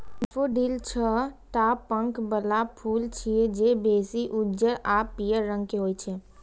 daffodil छह टा पंख बला फूल छियै, जे बेसी उज्जर आ पीयर रंग के होइ छै